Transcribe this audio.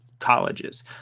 colleges